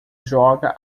joga